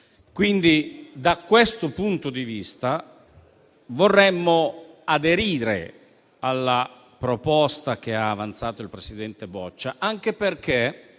Da questo punto di vista, vorremmo aderire alla proposta, che ha avanzato il presidente Boccia, di